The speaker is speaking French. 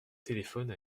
téléphone